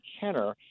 Kenner